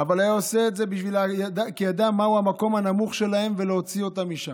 אבל היה עושה את זה כי ידע מהו המקום הנמוך שלהם ולהוציא אותם משם.